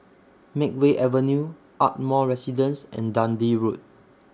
Makeway Avenue Ardmore Residence and Dundee Road